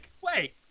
Wait